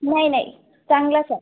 नाही नाही चांगलाच आहे